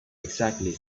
exactly